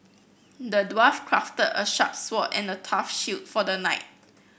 the dwarf crafted a sharp sword and a tough shield for the knight